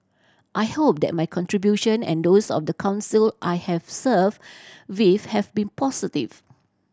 I hope that my contribution and those of the Council I have served with have been positive